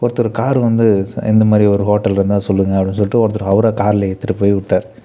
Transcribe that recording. ஒருத்தர் காரு வந்து ச இந்தமாதிரி ஒரு ஹோட்டல் இருந்தால் சொல்லுங்கள் அப்படின்னு சொல்லிட்டு ஒருத்தர் அவுராக காரில் ஏற்றிட்டு போய் விட்டாரு